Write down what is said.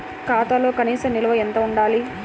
ఖాతాలో కనీస నిల్వ ఎంత ఉండాలి?